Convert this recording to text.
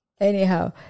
Anyhow